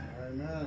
Amen